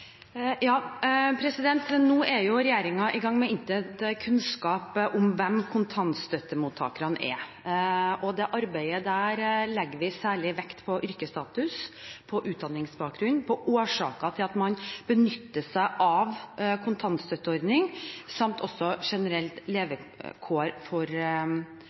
er nå i gang med å innhente kunnskap om hvem kontantstøttemottakerne er. I det arbeidet legger vi særlig vekt på yrkesstatus, på utdanningsbakgrunn, på årsaker til at man benytter seg av kontantstøtteordning samt generelt levekår for